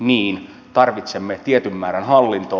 niin tarvitsemme tietyn määrän hallintoa